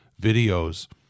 videos